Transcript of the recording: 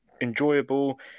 enjoyable